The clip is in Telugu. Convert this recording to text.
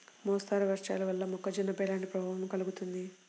మోస్తరు వర్షాలు వల్ల మొక్కజొన్నపై ఎలాంటి ప్రభావం కలుగుతుంది?